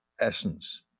essence